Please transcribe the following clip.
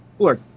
Look